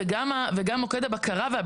גם מוקד הבקרה.